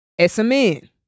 SMN